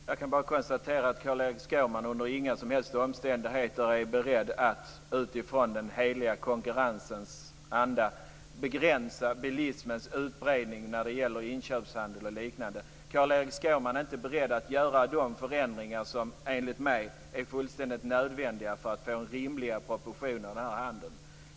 Fru talman! Jag kan bara konstatera att Carl-Erik Skårman under inga som helst omständigheter är beredd att begränsa bilismens utbredning när det gäller inköpshandel och liknande - allt i den heliga konkurrensens anda. Carl-Erik Skårman är inte beredd att göra de förändringar som enligt mig är fullständigt nödvändiga för att få rimligare proportioner på denna handel.